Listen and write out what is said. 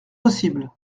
possible